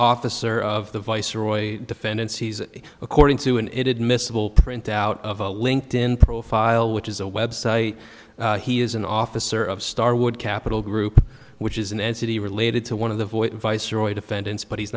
officer of the viceroy defendants he's according to and it admissible printout of a linked in profile which is a website he is an officer of starwood capital group which is an entity related to one of the void viceroy defendants but he's